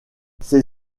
ces